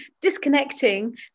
disconnecting